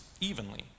evenly